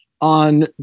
on